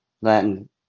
Latin